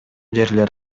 жерлер